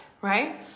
right